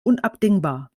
unabdingbar